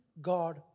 God